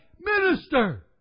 minister